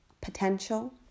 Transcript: potential